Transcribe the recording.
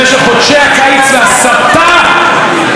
הסתה נגד חוק הלאום.